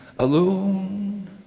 Alone